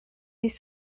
des